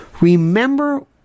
Remember